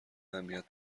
اهمیت